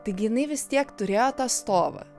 taigi jinai vis tiek turėjo tą stovą